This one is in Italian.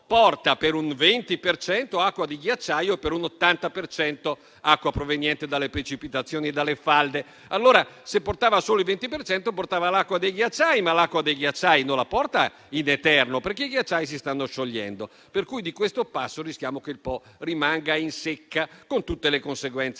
un 20 per cento, acqua di ghiacciaio e, per un 80 per cento, acqua proveniente dalle precipitazioni e dalle falde. Ma allora, se portava solo il 20 per cento, portava l'acqua dei ghiacciai; ma l'acqua dei ghiacciai non la porta in eterno, perché si stanno sciogliendo. Per cui, di questo passo, rischiamo che il Po rimanga in secca, con tutte le conseguenze